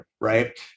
right